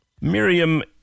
Miriam